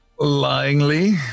Lyingly